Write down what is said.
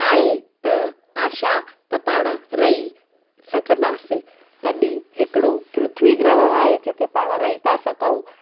आहे त आशा त पाण रही सघंदासि तॾहिं हिकिड़ो पृथ्वी ग्रह आहे जिते पाण रही था सघूं